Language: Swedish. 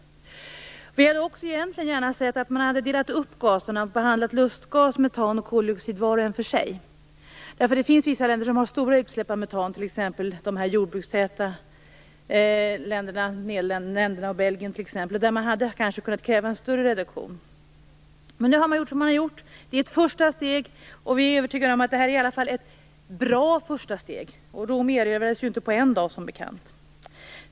Vi hade också egentligen gärna sett att man delat upp gaserna och behandlat lustgas, metan och koldioxid var för sig. Det finns nämligen vissa länder som har stora utsläpp av metan, t.ex. jordbrukstäta länder som Nederländerna och Belgien, och där hade man kanske kunnat kräva en större reduktion. Men nu har man gjort som man har gjort. Det är ett första steg, och vi är övertygade om att det i alla fall är ett bra första steg. Rom erövrades ju inte på en dag, som bekant.